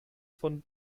von